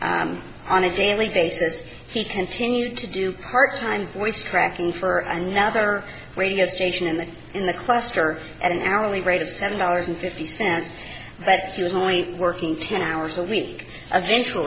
show on a daily basis he continued to do part time voice tracking for another radio station in the in the cluster at an early rate of seven dollars and fifty cents but he was only working ten hours a week of eventual